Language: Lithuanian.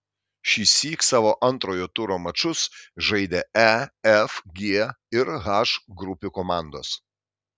šįsyk savo antrojo turo mačus žaidė e f g ir h grupių komandos